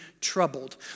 troubled